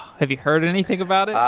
have you heard anything about it?